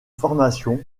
formation